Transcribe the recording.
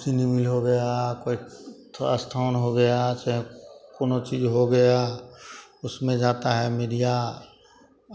चीनी मिल हो गया कोई थोड़ा स्थान हो गया चाहे कोनों चीज़ हो गया उसमें जाता है मीडिया